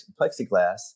plexiglass